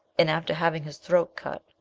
and after having his throat cut,